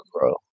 Bro